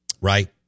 Right